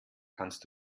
kannst